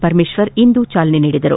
ಪರಮೇಶ್ವರ್ ಇಂದು ಚಾಲನೆ ನೀಡಿದರು